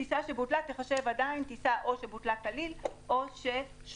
טיסה שבוטלה תיחשב טיסה או שבוטלה כליל או שמונה שעות.